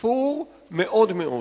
ספור מאוד מאוד.